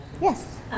Yes